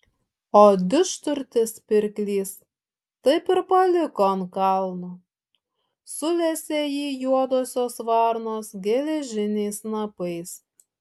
o didžturtis pirklys taip ir paliko ant kalno sulesė jį juodosios varnos geležiniais snapais